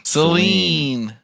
Celine